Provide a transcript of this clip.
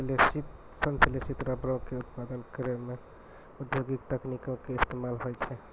संश्लेषित रबरो के उत्पादन करै मे औद्योगिक तकनीको के इस्तेमाल होय छै